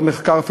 לא מחקר,